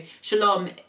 shalom